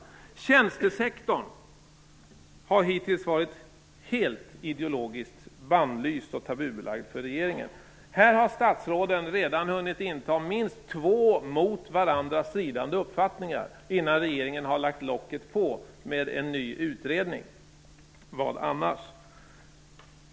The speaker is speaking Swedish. Tjänstesektorn har hittills varit helt ideologiskt bannlyst och tabubelagd för regeringen. Här har statsråden redan hunnit inta minst två mot varandra stridande uppfattningar innan regeringen har lagt locket på med en ny utredning. Vad annars?